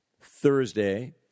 Thursday